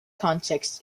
context